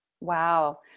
Wow